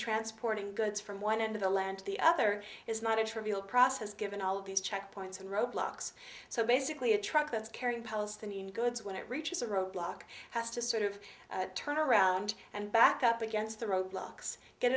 transporting goods from one end of the land to the other is not a trivial process given all of these checkpoints and roadblocks so basically a truck that's carrying palestinian goods when it reaches a roadblock has to sort of turn around and back up against the roadblocks get